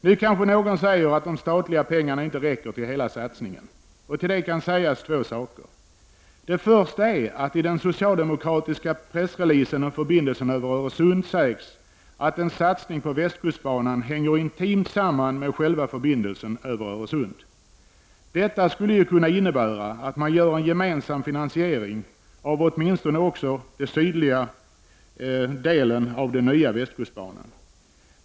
Nu kanske någon säger att de statliga pengarna inte räcker till hela satsningen. Till det kan jag göra två kommentarer. I den socialdemokratiska pressreleasen om förbindelsen över Öresund sägs att en satsning på västkustbanan hänger intimt samman med själva förbindelsen över Öresund. Detta skulle ju kunna innebära att man gör en gemensam finansiering av åtminstone också den sydliga delen av den nya västkustbanan.